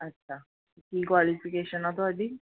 ਅੱਛਾ ਕੀ ਕੁਆਲੀਫਿਕੇਸ਼ਨ ਹੈ ਤੁਹਾਡੀ